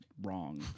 Wrong